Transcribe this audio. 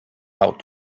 how